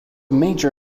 major